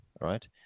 Right